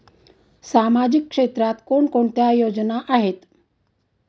सामाजिक क्षेत्रात कोणकोणत्या योजना आहेत?